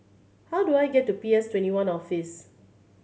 how do I get to P S Twenty one Office